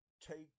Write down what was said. take